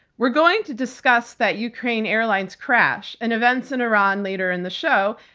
we're going to discuss that ukraine airlines crash and events in iran later in the show,